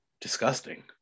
disgusting